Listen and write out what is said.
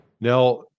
Now